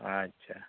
ᱟᱪᱪᱷᱟ